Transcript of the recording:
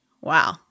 Wow